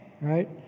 right